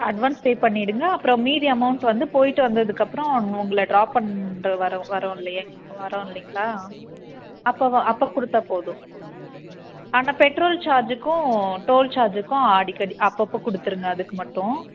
advance pay பண்ணிவிடுங்க அப்புறோம் மீதி அமௌண்ட் வந்து போயிவிட்டு வந்ததுக்கு அப்புறோம் உங்ள ட்ராப் பண்ணுற வரோம் வர்றோம் இல்லையா இல்லைங்ளா அப்பவே அப்போ கொடுத்தாப் போதும் ஆனால் பெட்ரோல் சார்ஜ்க்கும் டோல் சார்ஜ்க்கும் அடிக்கடி அப்பப்போ கொடுத்துருங்க அதுக்கு மட்டும்